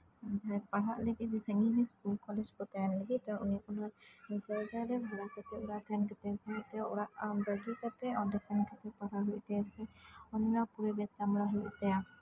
ᱡᱟᱦᱟᱸᱭ ᱯᱟᱲᱦᱟᱜ ᱞᱟᱜᱤᱫ ᱥᱟᱺᱜᱤᱧ ᱤᱥᱠᱩᱞ ᱠᱚᱞᱮᱡ ᱠᱚ ᱛᱟᱦᱮᱸᱱ ᱞᱟ ᱜᱤᱫ ᱛᱚ ᱩᱱᱤ ᱞᱟ ᱜᱤᱫ ᱚᱱᱟ ᱡᱟᱭᱜᱟ ᱨᱮ ᱛᱟᱦᱮᱸ ᱠᱟᱛᱮ ᱚᱲᱟᱜ ᱵᱟ ᱜᱤ ᱠᱟᱛᱮ ᱚᱸᱰᱮ ᱥᱮᱱ ᱠᱟᱛᱮ ᱯᱟᱲᱦᱟᱣ ᱦᱩᱭᱩᱜ ᱛᱟᱭᱟ ᱥᱮ ᱚᱸᱰᱮᱱᱟᱜ ᱯᱚᱨᱤᱵᱮᱥ ᱥᱟᱸᱵᱲᱟᱣ ᱦᱩᱭᱩᱜ ᱛᱟᱭᱟ